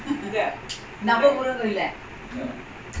for example spurce right he's